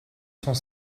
cent